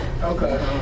Okay